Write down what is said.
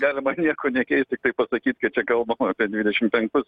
galima nieko nekeist tiktai pasakyt kad čia kalbam apie dvidešimt penktus